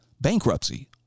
bankruptcy